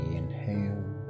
inhale